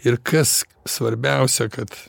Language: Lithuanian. ir kas svarbiausia kad